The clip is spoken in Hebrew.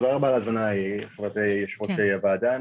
תודה רבה על ההזמנה, יושבת-ראש הוועדה.